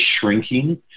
shrinking